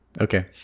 Okay